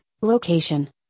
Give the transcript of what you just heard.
location